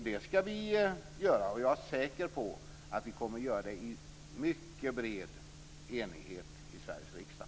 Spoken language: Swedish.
Det skall vi göra, och jag är säker på att vi kommer att göra det i mycket bred enighet i Sveriges riksdag.